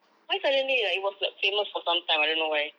why suddenly like it was like famous for sometime I don't know why